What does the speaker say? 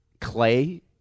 Clay